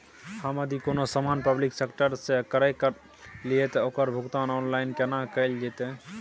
हम यदि कोनो सामान पब्लिक सेक्टर सं क्रय करलिए त ओकर भुगतान ऑनलाइन केना कैल जेतै?